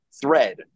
thread